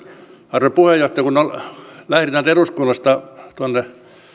arvoisa puheenjohtaja kun lähdin täältä eduskunnasta tuonne